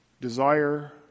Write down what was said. desire